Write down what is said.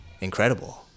incredible